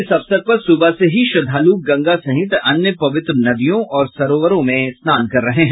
इस अवसर पर सुबह से ही श्रद्धालु गंगा सहित अन्य पवित्र नदियों और सरोवरों में स्नान कर रहे हैं